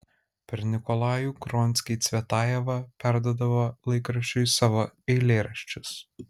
per nikolajų gronskį cvetajeva perduodavo laikraščiui savo eilėraščius